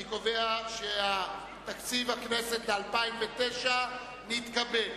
אני קובע שתקציב הכנסת ל-2009 נתקבל.